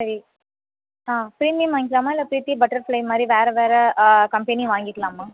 சரி ஆ ப்ரீமியம் வாங்கிக்கலாமா இல்லை ப்ரீத்தி பட்டர்ஃப்ளை மாதிரி வேறு வேறு கம்பெனி வாங்கிக்கலாமா